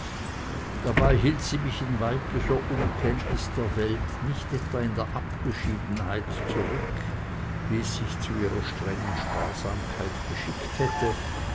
dabei hielt sie mich in weiblicher unkenntnis der welt nicht etwa in der abgeschiedenheit zurück wie es sich zu ihrer strengen sparsamkeit geschickt hätte